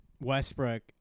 Westbrook